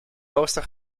hoogste